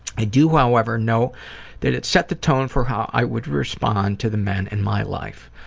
i do however know that it set the tone for how i would respond to the men in my life.